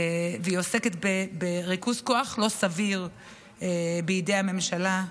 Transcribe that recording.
והיא עוסקת בריכוז כוח לא סביר בידי הממשלה,